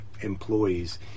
employees